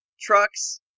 Trucks